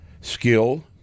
skill